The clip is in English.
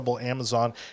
Amazon